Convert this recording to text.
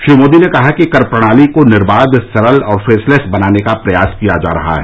श्री मोदी ने कहा कि कर प्रणाली को निर्बाध सरल और फेसलैस बनाने का प्रयास किया जा रहा है